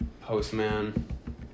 Postman